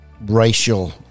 racial